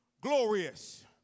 glorious